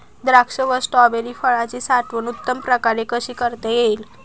द्राक्ष व स्ट्रॉबेरी फळाची साठवण उत्तम प्रकारे कशी करता येईल?